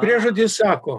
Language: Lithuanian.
priežodis sako